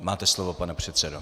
Máte slovo, pane předsedo.